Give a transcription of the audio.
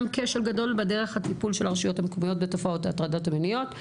כשל גדול בדרך הטיפול של הרשויות המקומיות בתופעות ההטרדות המיניות".